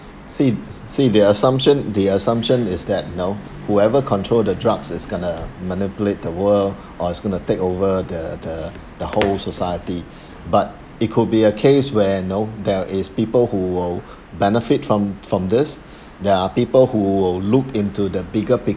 see see the assumption the assumption is that you know whoever control the drugs is going to manipulate the world or it's going to take over the the the whole society but it could be a case where you know there is people who will benefit from from this there are people who will look into the bigger picture